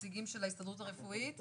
נציגים של ההסתדרות הרפואית.